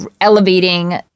elevating